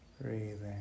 Breathing